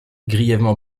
grièvement